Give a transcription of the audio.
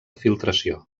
filtració